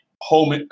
home